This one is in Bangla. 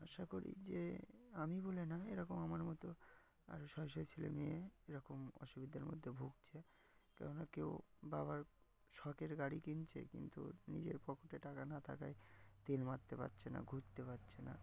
আশা করি যে আমি বলে না এরকম আমার মতো আরও শয়ে শয়ে ছেলে মেয়ে এরকম অসুবিধার মধ্যে ভুগছে কেন না কেউ বাবার শখের গাড়ি কিনছে কিন্তু নিজের পকেটে টাকা না থাকায় তেল মারতে পারছে না ঘুরতে পারছে না